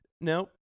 Nope